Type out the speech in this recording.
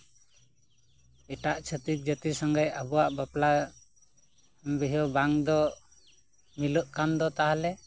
ᱮᱴᱟᱜ ᱪᱷᱟᱹᱛᱤᱠ ᱥᱚᱸᱜᱮ ᱟᱵᱚᱣᱟᱜ ᱵᱟᱯᱞᱟ ᱵᱤᱦᱟᱹ ᱵᱟᱝᱫᱚ ᱢᱤᱞᱟᱹᱜ ᱠᱟᱱᱫᱚ ᱛᱟᱦᱚᱞᱮ